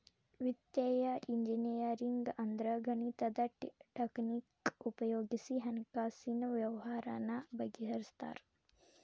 ವಿತ್ತೇಯ ಇಂಜಿನಿಯರಿಂಗ್ ಅಂದ್ರ ಗಣಿತದ್ ಟಕ್ನಿಕ್ ಉಪಯೊಗಿಸಿ ಹಣ್ಕಾಸಿನ್ ವ್ಯವ್ಹಾರಾನ ಬಗಿಹರ್ಸ್ತಾರ